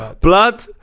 Blood